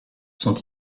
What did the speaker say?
sont